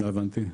לא הבנתי.